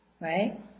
right